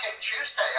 Tuesday